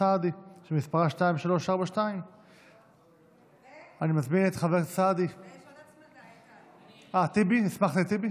סעדי שמספרה 2342. אני מזמין את חבר הכנסת אחמד טיבי,